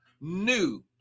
new